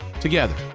together